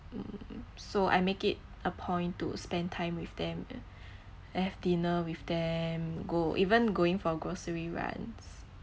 um so I make it a point to spend time with them have dinner with them go even going for grocery runs